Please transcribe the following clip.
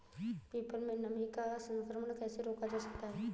People में नीम का संकरण कैसे रोका जा सकता है?